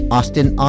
Austin